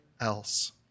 else